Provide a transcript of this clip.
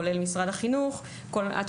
כולל משרד החינוך: ראשית,